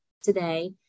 today